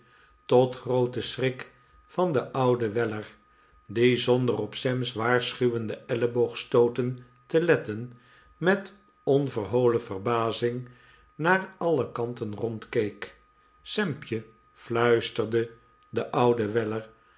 tot grooten schrik van den oiiden weller die zonder op sam's waarschuwende elleboogstooten te letten met onverholen verbazing naar alle kanten rondkeek sampje fluisterde de oude weller